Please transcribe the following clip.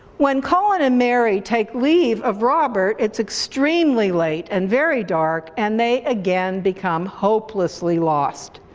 when colin and mary take leave of robert it's extremely late and very dark and they again become hopelessly lost.